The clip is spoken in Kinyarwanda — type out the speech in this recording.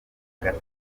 gatanu